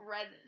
Red